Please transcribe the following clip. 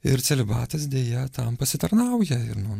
ir celibatas deja tam pasitarnauja ir nuo